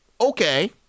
Okay